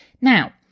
Now